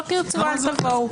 לא תרצו אל תבואו.